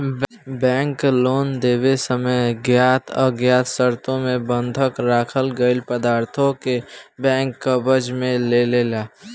bank loan देवे समय ज्ञात अज्ञात शर्तों मे बंधक राखल गईल पदार्थों के बैंक कब्जा में लेलेला